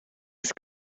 ist